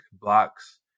blocks